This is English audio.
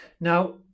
Now